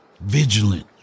vigilant